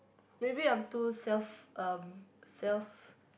maybe I'm too self um self